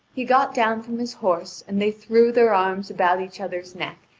he got down from his horse, and they threw their arms about each other's neck,